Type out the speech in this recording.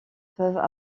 peuvent